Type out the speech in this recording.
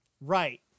Right